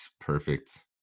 perfect